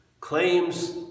claims